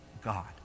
God